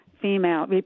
female